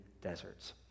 deserts